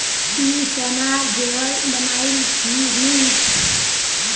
ती सोनार जेवर बनइल छि न